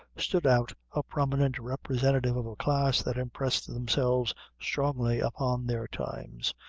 stood out a prominent representative of a class that impressed themselves strongly upon their times,